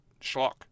schlock